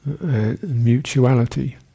mutuality